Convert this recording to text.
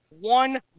one